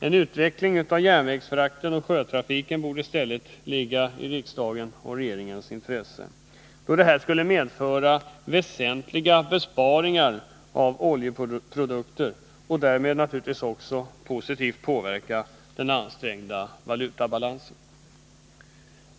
En utveckling av järnvägsfrakten och sjötrafiken borde i stället ligga i riksdagens och regeringens intresse, då detta skulle medföra väsentliga besparingar av oljeprodukter och därmed naturligtvis också positivt påverka den ansträngda valutabalansen.